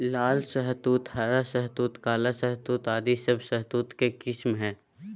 लाल शहतूत, हरा शहतूत, काला शहतूत आदि सब शहतूत के किस्म हय